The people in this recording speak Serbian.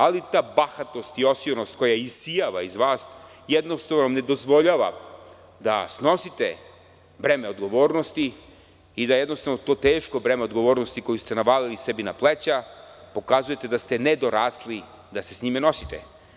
Ali, ta bahatost i osionost koja isijava iz vas jednostavno vam ne dozvoljava da snosite breme odgovornosti i da jednostavno to teško breme odgovornosti, koje ste navalili sebi na pleća, pokazujete da ste nedorasli da se sa njime nosite.